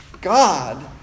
God